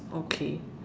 okay